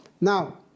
Now